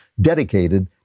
dedicated